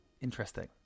interesting